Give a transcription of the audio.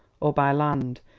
or by land,